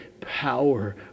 power